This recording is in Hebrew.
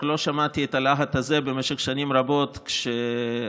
רק לא שמעתי את הלהט הזה במשך שנים רבות כשראש